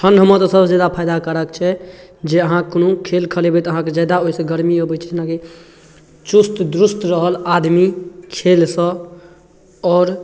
ठण्डमे तऽ सभसँ जादा फायदा कारक छै जे अहाँ कोनो खेल खेलैबै तऽ अहाँके जादा ओइसँ गर्मी अबै छै जेना कि चुस्त दुरूस्त रहल आदमी खेलसँ आओर